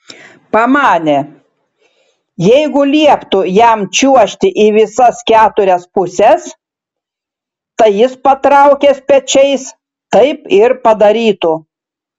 pamanė jeigu lieptų jam čiuožti į visas keturias puses tai jis patraukęs pečiais taip ir padarytų